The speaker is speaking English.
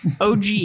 OG